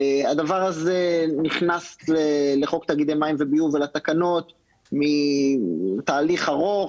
הדבר הזה נכנס לחוק תאגידי מים וביוב לתקנות מתהליך ארוך